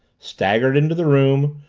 staggered into the room,